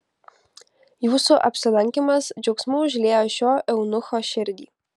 jūsų apsilankymas džiaugsmu užlieja šio eunucho širdį